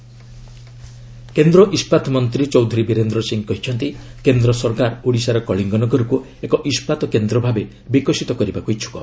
steel Birendra Singh କେନ୍ଦ୍ର ଇସ୍କାତ ମନ୍ତ୍ରୀ ଚୌଧୁରୀ ବୀରେନ୍ଦ୍ର ସିଂ କହିଛନ୍ତି କେନ୍ଦ୍ର ସରକାର ଓଡ଼ିଶାର କଳିଙ୍ଗନଗରକୁ ଏକ ଇସ୍କାତକେନ୍ଦ୍ର ଭାବେ ବିକଶିତ କରିବାକୁ ଇଚ୍ଛୁକ